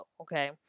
okay